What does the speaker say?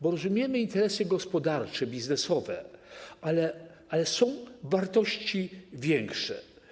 Bo rozumiemy interesy gospodarcze, biznesowe, ale są wartości wyższe.